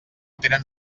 tenen